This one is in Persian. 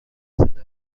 بود